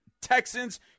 Texans